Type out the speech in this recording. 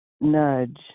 nudge